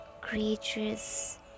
creatures